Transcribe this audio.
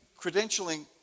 credentialing